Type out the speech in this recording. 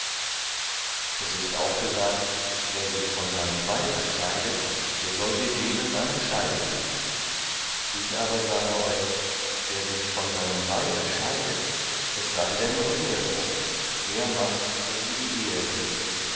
es ist auch gesagt wer sich von seinem weibe scheidet der soll ihr geben einen scheidebrief ich aber sage euch wer sich von seinem weibe scheidet es sei denn um ehebruch der macht daß sie die ehe bricht